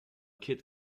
kit